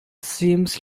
seems